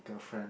girlfriend